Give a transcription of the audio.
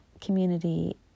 community